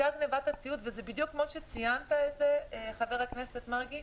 וזה בדיוק כמו שציינת, חבר הכנסת מרגי.